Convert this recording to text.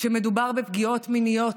כשמדובר בפגיעות מיניות,